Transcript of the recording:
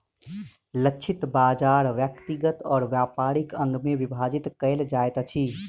लक्षित बाजार व्यक्तिगत और व्यापारिक अंग में विभाजित कयल जाइत अछि